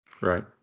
Right